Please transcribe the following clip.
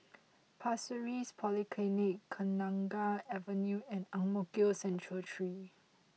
Pasir Ris Polyclinic Kenanga Avenue and Ang Mo Kio Central three